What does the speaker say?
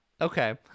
okay